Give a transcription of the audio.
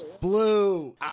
Blue